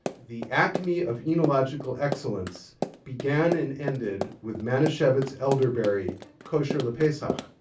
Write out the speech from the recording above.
the acme of oenological excellence began and ended with manischewitz elderberry kosher le pesach.